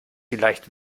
vielleicht